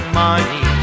money